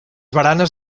baranes